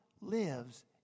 lives